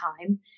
time